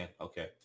Okay